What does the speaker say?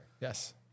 Yes